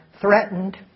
threatened